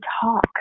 talk